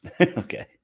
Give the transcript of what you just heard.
Okay